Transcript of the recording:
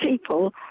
people